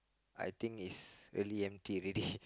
I think is already empty already